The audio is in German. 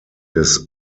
des